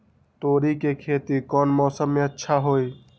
तोड़ी के खेती कौन मौसम में अच्छा होई?